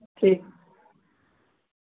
ठीक